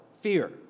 fear